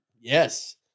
Yes